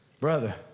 Brother